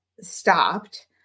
stopped